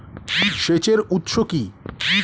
সেচের উৎস কি?